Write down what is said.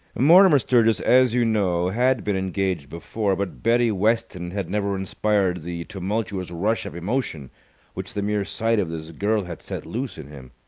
mortimer sturgis, as you know, had been engaged before, but betty weston had never inspired the tumultuous rush of emotion which the mere sight of this girl had set loose in him.